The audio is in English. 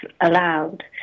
allowed